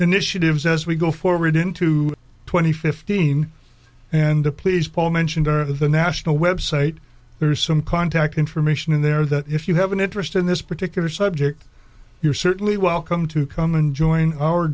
initiatives as we go forward into two thousand and fifteen and to please paul mentioned the national website there's some contact information in there that if you have an interest in this particular subject you're certainly welcome to come and join our